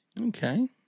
Okay